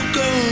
go